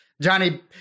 Johnny